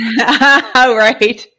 right